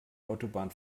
autobahn